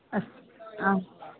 अस्तु आम्